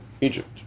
Egypt